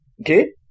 Okay